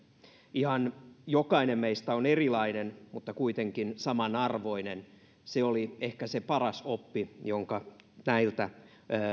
ihan jokainen meistä on erilainen mutta kuitenkin samanarvoinen se oli ehkä se paras oppi jonka näiltä